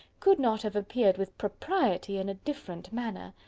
could not have appeared with propriety in a different manner.